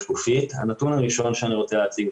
הנתון הראשון שאני רוצה להציג,